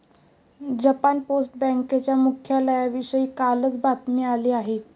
Japan post बँकेच्या मुख्यालयाविषयी कालच बातमी आली आहे